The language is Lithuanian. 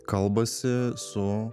kalbasi su